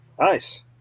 Nice